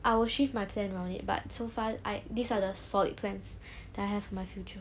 I will shift my plan around it but so far I these are the solid plans that I have for my future